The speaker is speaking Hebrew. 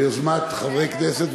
ביוזמת חברי כנסת,